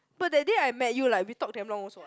but that day I met you like we talk damn long also what